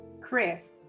Chris